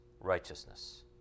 righteousness